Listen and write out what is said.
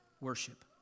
worship